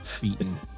beaten